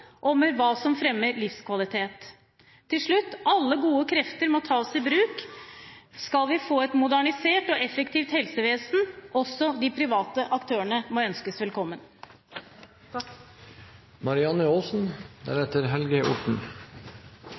og på hva som fremmer livskvalitet. Til slutt: Alle gode krefter må tas i bruk, skal vi få et modernisert og effektivt helsevesen. Også de private aktørene må ønskes velkommen.